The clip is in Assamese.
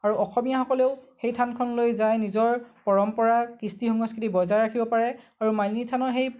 আৰু অসমীয়াসকলেও সেই থানখনলৈ যায় নিজৰ পৰম্পৰা কৃষ্টি সংস্কৃতি বজাই ৰাখিব পাৰে আৰু মালিনী থানৰ সেই